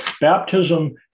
Baptism